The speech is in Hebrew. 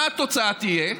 מה התוצאה תהיה?